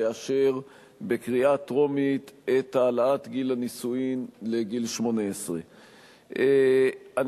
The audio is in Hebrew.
תאשר בקריאה טרומית את העלאת גיל הנישואים לגיל 18. אני